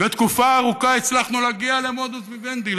ותקופה ארוכה הצלחנו להגיע למודוס ויוונדי,